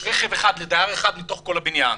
יש רכב אחד לדייר אחד מתוך כל הבניין.